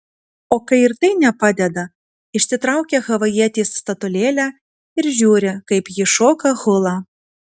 o kai ir tai nepadeda išsitraukia havajietės statulėlę ir žiūri kaip ji šoka hulą